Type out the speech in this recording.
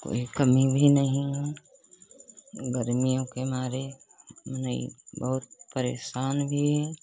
कोई कमी भी नहीं है यह गर्मियों के मारे यही बहुत परेशान भी है